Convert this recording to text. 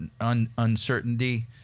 uncertainty